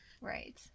Right